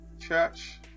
church